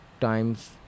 times